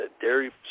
dairy